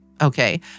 okay